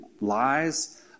lies